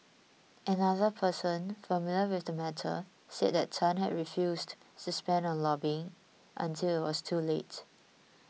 another person familiar with the matter said that Tan had refused to spend on lobbying until it was too late